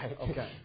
Okay